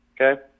Okay